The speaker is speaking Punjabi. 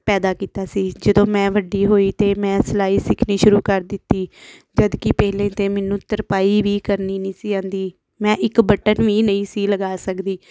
ਪੈਦਾ ਕੀਤਾ ਸੀ ਜਦੋਂ ਮੈਂ ਵੱਡੀ ਹੋਈ ਤਾਂ ਮੈਂ ਸਿਲਾਈ ਸਿੱਖਣੀ ਸ਼ੁਰੂ ਕਰ ਦਿੱਤੀ ਜਦੋਂ ਕਿ ਪਹਿਲੇ ਤਾਂ ਮੈਨੂੰ ਤਰਪਾਈ ਵੀ ਕਰਨੀ ਨਹੀਂ ਸੀ ਆਉਂਦੀ ਮੈਂ ਇੱਕ ਬਟਨ ਵੀ ਨਹੀਂ ਸੀ ਲਗਾ ਸਕਦੀ